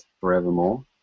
forevermore